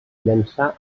llançar